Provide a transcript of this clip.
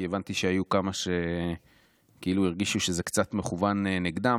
כי הבנתי שהיו כמה שכאילו הרגישו שזה קצת מכוון נגדם,